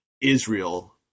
Israel